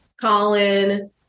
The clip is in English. Colin